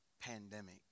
pandemic